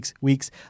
weeks